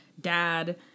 Dad